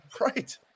Right